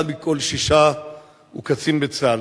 אחד מכל שישה הוא קצין בצה"ל.